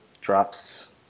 drops